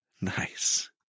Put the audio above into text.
Nice